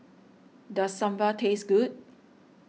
does Sambal taste good